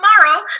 tomorrow